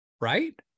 right